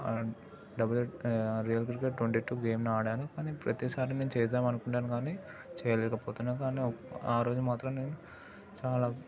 W real cricket twenty two గేమ్ను ఆడాను కానీ ప్రతీసారి నేను చెద్దామని అనుకుంటాను కానీ చేయలేకపోతున్నాను కానీ ఆ రోజు మాత్రం నేను చాలా